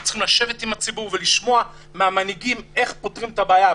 וצריך לשבת עם הציבור ולשמוע מהמנהיגים איך פותרים את הבעיה.